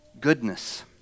goodness